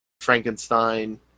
Frankenstein